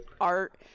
art